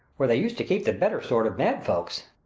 where they use to keep the better sort of mad-folks.